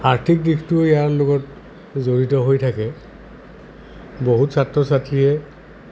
আৰ্থিক দিশটোৱে ইয়াৰ লগত জড়িত হৈ থাকে বহুত ছাত্ৰ ছাত্ৰীয়ে